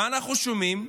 מה אנחנו שומעים?